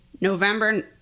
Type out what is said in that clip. November